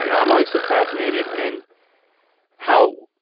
you know i'm always so fascinated in how,